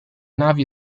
navi